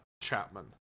chapman